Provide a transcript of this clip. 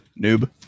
noob